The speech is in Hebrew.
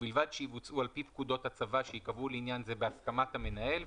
ובלבד שיבוצעו על פי פקודות הצבא שייקבעו לעניין זה בהסכמת המנהל,